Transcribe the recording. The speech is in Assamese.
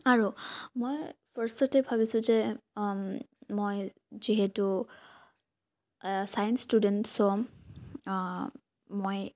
আৰু মই ফাৰ্ষ্টততে ভাবিছোঁ যে মই যিহেতু ছায়েঞ্চ ষ্টুডেণ্ট চ' মই